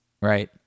Right